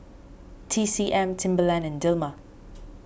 T C M Timberland and Dilmah